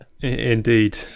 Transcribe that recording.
indeed